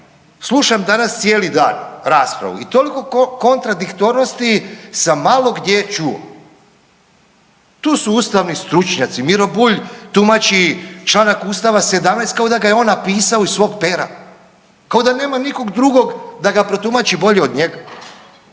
slušam danas cijeli dan raspravu i toliko kontradiktornosti sam malo gdje čuo. Tu su ustavni stručnjaci, Miro Bulj tumači članak ustava 17. kao da ga je on napisao iz svog pera, kao da nema nikog drugog da ga protumači bolje od njega.